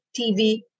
TV